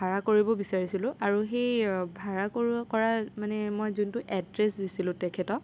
ভাৰা কৰিব বিচাৰিছিলোঁ আৰু সেই ভাৰা কৰো কৰা মানে মই যোনটো এড্ৰেছ দিছিলোঁ তেখেতক